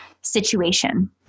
situation